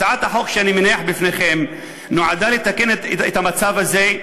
הצעת החוק שאני מניח בפניכם נועדה לתקן את המצב הזה.